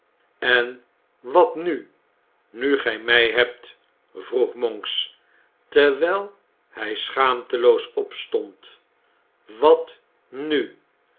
en wat nu nu gij mij hebt vroeg monks terwijl hij schaamte oos opstond wat nu